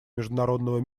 международного